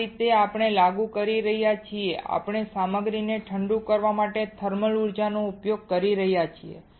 આ રીતે આપણે લાગુ કરી રહ્યા છીએ અથવા સામગ્રીને ઠંડુ કરવા માટે થર્મલ ઉર્જાનો ઉપયોગ કરી રહ્યા છીએ